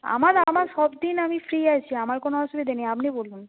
আমার আমার সব দিন আমি ফ্রি আছি আমার কোনো অসুবিধে নেই আপনি বলুন